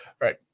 right